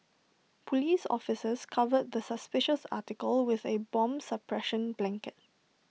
Police officers covered the suspicious article with A bomb suppression blanket